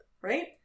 right